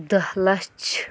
دَہ لَچھ